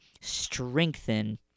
strengthen